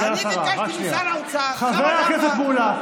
סגן השרה --- אני ביקשתי משר האוצר --- חבר הכנסת מולא,